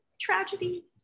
tragedy